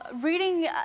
reading